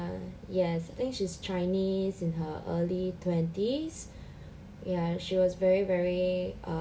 yes I think she's chinese in her early twenties ya she was very very err